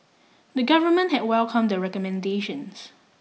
the government had welcomed the recommendations